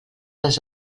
les